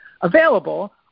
Available